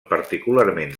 particularment